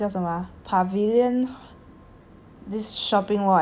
this shopping mall I think then after that there was a swimming pool there so